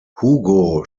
hugo